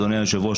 אדוני היושב-ראש,